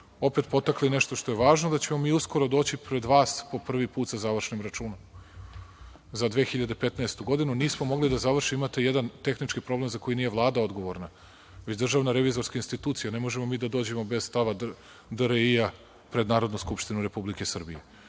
opet potakli nešto što je važno, da ćemo mi uskoro doći pred vas po prvi put sa završnim računom. Za 2015. godinu nismo mogli da završimo, imate jedan tehnički problem za koji nije Vlada odgovorna, već DRI. Ne možemo mi da dođemo bez stava DRI pred Narodnu skupštinu Republike Srbije.